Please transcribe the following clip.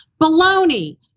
Baloney